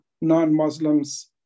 non-Muslims